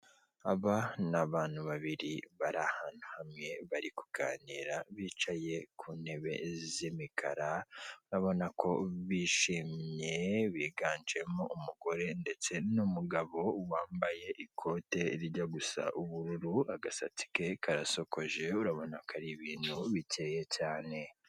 Aba ni abantu babiri bari ahantu hamwe bari kuganira bicaye ku ntebe z'imikara, urabona ko bishimye biganjemo umugore ndetse n'umugabo, wambaye ikote rijya gusa ubururu agasatsi ke karasokoje urabona ko ari ibintu bikeye cyane.